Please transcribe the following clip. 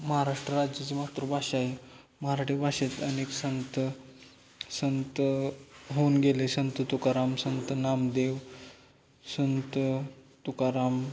महाराष्ट्र राज्याची मातृभाषा आहे मराठी भाषेत अनेक संत संत होऊन गेले संत तुकाराम संत नामदेव संत तुकाराम